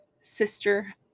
sister